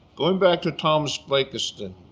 going back to thomas blakiston.